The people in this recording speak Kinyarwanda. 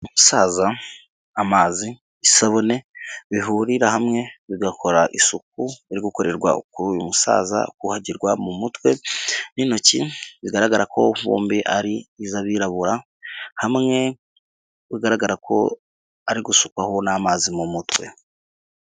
Umusaza, amazi, isabune, bihurira hamwe bigakora isuku iri gukorerwa kuri uyu musaza wuhagirwa mu mutwe n'intoki, bigaragara ko bombi ari iz'abirabura, hamwe bigaragara ko ari gusukwaho n'amazi mu mutwe.